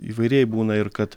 įvairiai būna ir kad